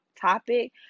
topic